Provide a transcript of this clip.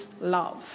love